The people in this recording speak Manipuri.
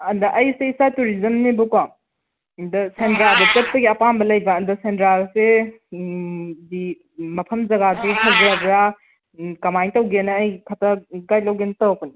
ꯑꯗꯨꯗ ꯑꯩꯁꯦ ꯏꯁꯥ ꯇꯨꯔꯤꯖꯝꯅꯦꯕꯀꯣ ꯑꯗꯨꯗ ꯁꯦꯟꯗ꯭ꯔꯥꯗ ꯆꯠꯄꯒꯤ ꯑꯄꯥꯝꯕ ꯂꯩꯕ ꯑꯗꯨꯗ ꯁꯦꯟꯗ꯭ꯔꯥꯁꯦ ꯃꯐꯝ ꯖꯥꯒꯗꯨ ꯐꯖꯕ꯭ꯔꯥ ꯀꯃꯥꯏꯅ ꯇꯧꯒꯦꯅ ꯑꯩ ꯒꯥꯏꯗ ꯂꯧꯒꯦꯅ ꯇꯧꯔꯛꯄꯅꯤ